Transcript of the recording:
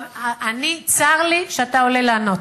אני, צר לי שאתה עולה לענות.